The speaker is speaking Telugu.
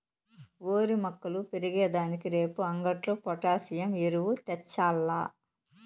ఓరి మొక్కలు పెరిగే దానికి రేపు అంగట్లో పొటాసియం ఎరువు తెచ్చాల్ల